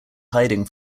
hiding